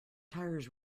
tires